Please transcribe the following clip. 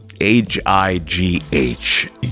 H-I-G-H